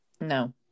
No